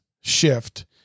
shift